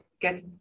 get